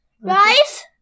Rice